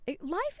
life